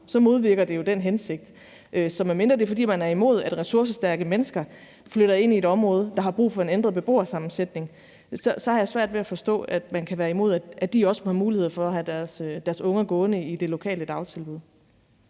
modvirker det jo den hensigt. Så medmindre det er, fordi man er imod, at ressourcestærke mennesker flytter ind i et område, der har brug for en ændret beboersammensætning, så har jeg svært ved at forstå, at man kan være imod, at de også må have mulighed for at have deres unger gående i det lokale dagtilbud.